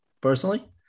personally